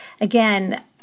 again